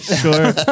Sure